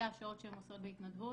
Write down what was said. אלה השעות שהן עושות בהתנדבות.